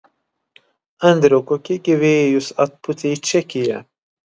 andriau kokie gi vėjai jus atpūtė į čekiją